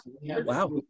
Wow